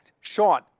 Sean